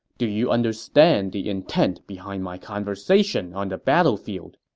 do you understand the intent behind my conversation on the battlefield?